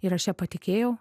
ir aš ja patikėjau